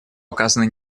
указаны